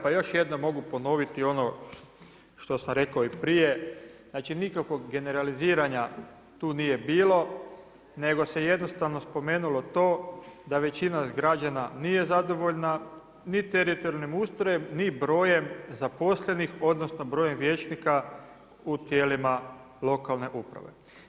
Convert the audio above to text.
Pa još jednom mogu ponoviti ono što sam rekao i prije, znači nikakvog generaliziranja tu nije bilo, nego se jednostavno spomenulo to da većina građana nije zadovoljna, ni teritorijalnim ustajem, ni brojem zaposlenih, odnosno, brojem vijećnika u tijelima lokalne uprave.